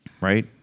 right